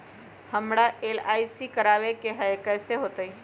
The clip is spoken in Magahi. हमरा एल.आई.सी करवावे के हई कैसे होतई?